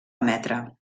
emetre